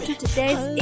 Today's